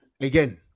again